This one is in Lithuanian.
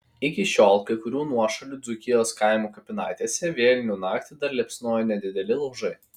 iki šiol kai kurių nuošalių dzūkijos kaimų kapinaitėse vėlinių naktį dar liepsnoja nedideli laužai